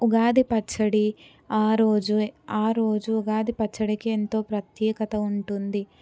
ఉగాది పచ్చడి ఆరోజు ఆరోజు ఉగాది పచ్చడికి ఎంతో ప్రత్యేకత ఉంటుంది